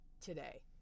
today